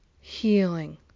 healing